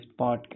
podcast